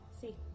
See